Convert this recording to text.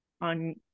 on